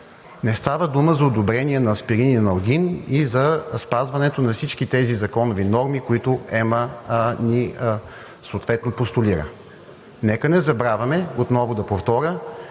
Не става дума за одобрение на аспирин и аналгин и за спазването на всички тези законови норми, които ЕМА съответно ни постулира. Нека не забравяме, отново да повторя,